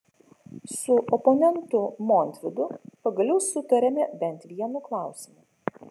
su oponentu montvydu pagaliau sutarėme bent vienu klausimu